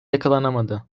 yakalanamadı